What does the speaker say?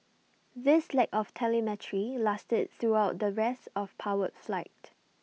this lack of telemetry lasted throughout the rest of powered flight